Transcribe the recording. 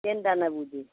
କେନ୍ଟା ନବ ଯେ